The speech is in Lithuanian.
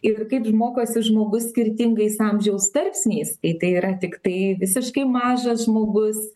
ir kaip mokosi žmogus skirtingais amžiaus tarpsniais kai tai yra tiktai visiškai mažas žmogus